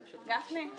סיון,